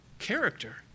Character